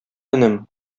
энем